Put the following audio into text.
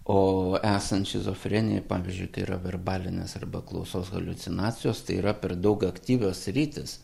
o esant šizofrenijai pavyzdžiui tai yra verbalinės arba klausos haliucinacijos tai yra per daug aktyvios sritys